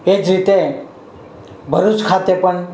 એ જ રીતે ભરૂચ ખાતે પણ